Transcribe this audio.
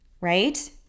right